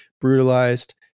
brutalized